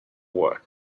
work